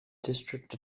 district